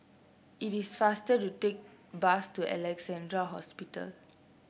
it is faster to take bus to Alexandra Hospital